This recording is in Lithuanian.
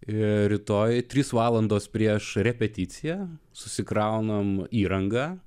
ir rytojui trys valandos prieš repeticiją susikrauname įrangą